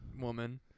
Woman